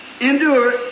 endure